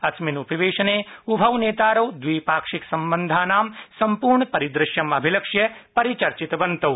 अस्मिन् उपवेशने उभौ नेतारौ द्वि पाक्षिक सम्बन्धानां सम्पूर्ण परिदृश्यम् अभिलक्ष्य परिचर्चितवन्तौ